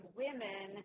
women